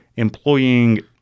employing